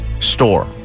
store